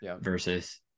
versus